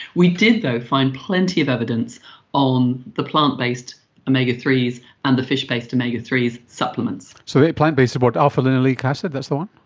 we did though find plenty of evidence on the plant-based omega three s and the fish-based omega three supplements. so the plant-based, what, alpha-linolenic acid, that's the one?